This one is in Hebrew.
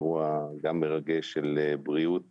אירוע גם מרגש של בריאות